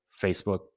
Facebook